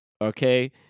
Okay